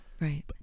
Right